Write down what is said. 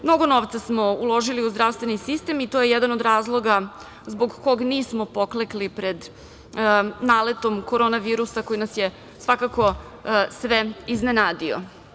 Mnogo novca smo uložili u zdravstveni sistem i to je jedan od razloga zbog kog nismo poklekli pred naletom korona virusa koji nas je svakako sve iznenadio.